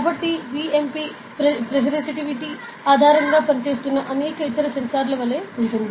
కాబట్టి BMP piezoresistivity ఆధారంగా పనిచేస్తున్న అనేక ఇతర సెన్సార్ల వలె ఉంటుంది